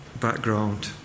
background